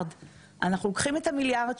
אנחנו לוקחים את המיליארד,